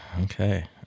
Okay